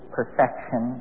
perfection